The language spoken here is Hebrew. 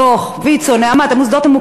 בתוך מוסדות ויצו,